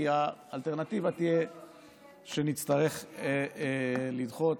כי האלטרנטיבה תהיה שנצטרך לדחות.